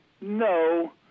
No